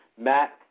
Matt